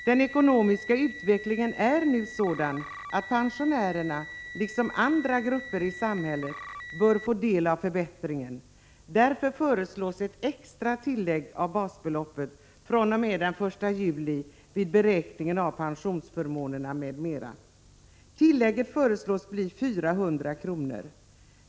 Den ekonomiska utvecklingen är nu sådan att pensionärerna liksom andra grupper i samhället bör få del av förbättringen. Därför föreslås ett extra tillägg till basbeloppet fr.o.m. den 1 juli vid beräkning av pensionsförmåner m.m. Tillägget föreslås bli 400 kr.